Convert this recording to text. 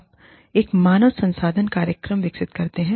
आप एक मानव संसाधन कार्यक्रम विकसित करते हैं